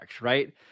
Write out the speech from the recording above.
right